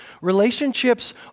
relationships